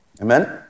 Amen